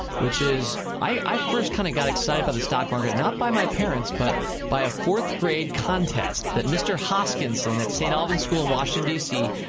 which is i first kind of got excited by the stock market not by my parents, but by a fourth grade contest that mr. hoskinson at st. albans school in washington, d c.